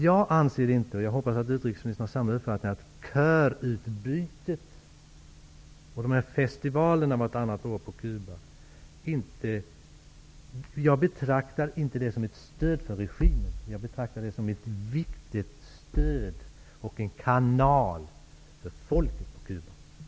Jag betraktar inte -- jag hoppas att utrikesministern har samma uppfattning -- körutbytet och festivalerna vart annat år på Cuba som ett stöd för regimen. Jag betraktar det som ett viktigt stöd och en kanal för folket på Cuba.